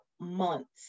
months